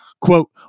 Quote